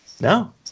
no